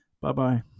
Bye-bye